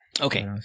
Okay